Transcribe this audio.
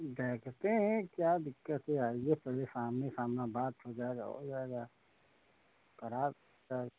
देखते हैं क्या दिक्कत है आइए पहले सामनी सामना बात हो जाएगा हो जाएगा करा जा